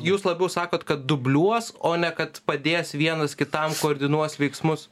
jūs labiau sakot kad dubliuos o ne kad padės vienas kitam koordinuos veiksmus